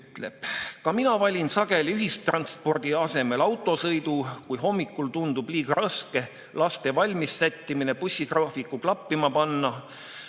"Ka mina valin sageli ühistranspordi asemel autosõidu, kui hommikul tundub liiga raske laste valmissättimine bussigraafikuga klappima panna.